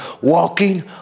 walking